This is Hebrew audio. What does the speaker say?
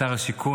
שר השיכון,